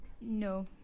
No